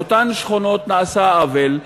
לאותן שכונות נעשה עוול.